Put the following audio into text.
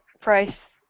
price